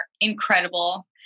incredible